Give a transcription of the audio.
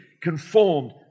conformed